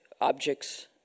objects